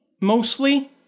mostly